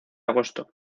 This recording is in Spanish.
agosto